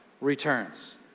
returns